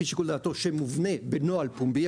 לפי שיקול דעתו שמובנה בנוהל פומבי.